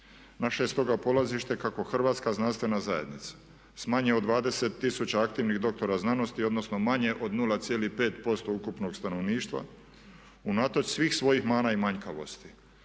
Naše je stoga polazište kako Hrvatska znanstvena zajednica sa manje od 20 tisuća aktivnih doktora znanosti odnosno manje od 0,5% ukupnog stanovništva unatoč svih svojih mana i manjkavosti